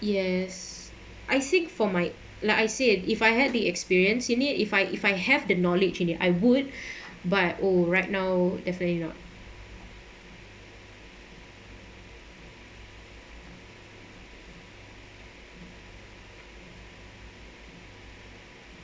yes I seek for my like I said if I had the experience you need if I if I have the knowledge in there I would buy oh right now definitely not